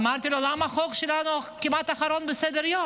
אמרתי לו: למה החוק שלנו כמעט האחרון בסדר-היום?